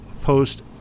post